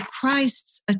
Christ's